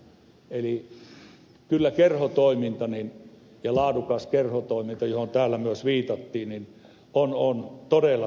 eli kyllä kerhotoiminta ja laadukas kerhotoiminta johon täällä myös viitattiin on todella tärkeää